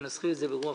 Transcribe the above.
תסבירו.